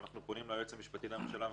ואנחנו פונים ליועץ המשפטי לממשלה,